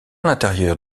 l’intérieur